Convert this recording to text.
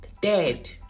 dead